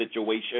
situation